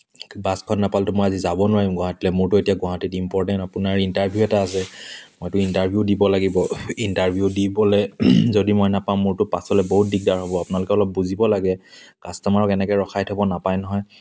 বাছখন নাপালেতো মই আজি যাব নোৱাৰিম গুৱাহাটীলৈ মোৰতো এতিয়া গুৱাহাটীত ইম্পৰটেণ্ট আপোনাৰ ইণ্টাৰভিউ এটা আছে মইতো ইণ্টাৰভিউ দিব লাগিব ইনটাৰভিউ দিবলৈ যদি মই নেপাম মোৰতো পাছলৈ বহুত দিগদাৰ হ'ব আপোনালোকে অলপ বুজিব লাগে কাষ্টমাৰক এনেকৈ ৰখাই থ'ব নাপায় নহয়